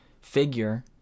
figure